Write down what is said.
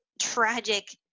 tragic